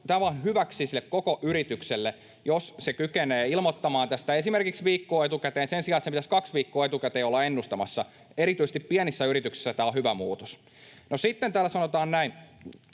Tämä on vain hyväksi sille koko yritykselle, jos se kykenee ilmoittamaan tästä esimerkiksi viikkoa etukäteen sen sijaan, että sen pitäisi kaksi viikkoa etukäteen olla ennustamassa. Erityisesti pienissä yrityksissä tämä on hyvä muutos. Sitten täällä sanotaan näin: